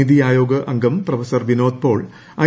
നിതി അയോഗ് അംഗർക്രൊഫസർ വിനോദ് പോൾ ഐ